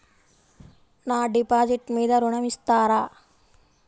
నా డిపాజిట్ మీద ఋణం ఇస్తారా?